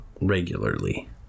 regularly